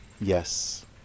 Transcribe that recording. yes